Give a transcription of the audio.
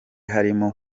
harimo